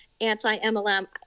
anti-MLM